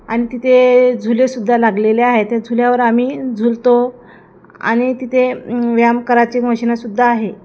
आणि तिथे झुलेसुद्धा लागलेले आहेत त्या झुल्यावर आम्ही झुलतो आणि तिथे व्यायाम करायची मशीनं सुद्धा आहे